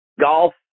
golf